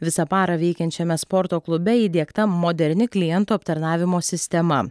visą parą veikiančiame sporto klube įdiegta moderni klientų aptarnavimo sistema